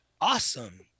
awesome